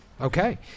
Okay